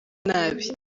nabi